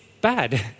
bad